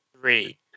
three